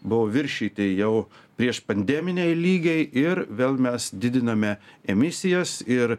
buvo viršyti jau priešpandeminiai lygiai ir vėl mes didiname emisijas ir